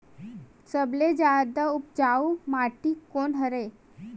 सबले जादा उपजाऊ माटी कोन हरे?